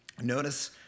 Notice